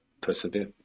persevere